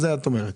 זה מה שאת אומרת?